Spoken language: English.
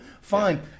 fine